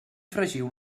fregiu